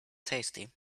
tasty